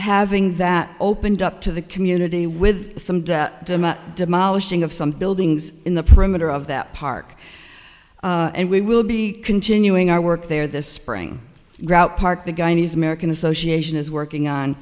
having that opened up to the community with some demolishing of some buildings in the perimeter of that park and we will be continuing our work there this spring drought park the guy needs american association is working on